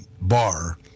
bar